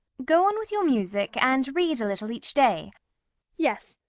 go on with your music, and read a little each day yes,